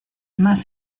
más